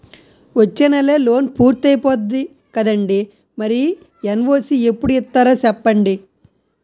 వచ్చేనెలే లోన్ పూర్తయిపోద్ది కదండీ మరి ఎన్.ఓ.సి ఎప్పుడు ఇత్తారో సెప్పండి